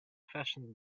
fashioned